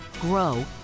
grow